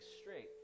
straight